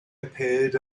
appeared